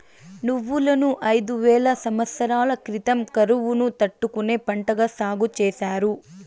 నువ్వులను ఐదు వేల సమత్సరాల క్రితం కరువును తట్టుకునే పంటగా సాగు చేసారు